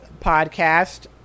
podcast